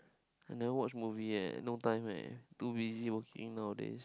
I never watch movie eh no time eh too busy working nowadays